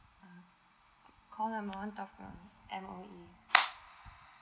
uh call number one M_O_E